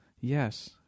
Yes